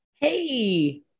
Hey